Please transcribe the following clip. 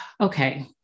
okay